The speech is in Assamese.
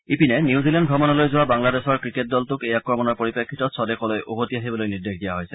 ইপিনে নিউজিলেণ্ড ভ্ৰমণলৈ যোৱা বাংলাদেশৰ ক্ৰিকেট দলটোক এই আক্ৰমণৰ পৰিপ্ৰেক্ষিতত স্বদেশলৈ উভতি আহিবলৈ নিৰ্দেশ দিয়া হৈছে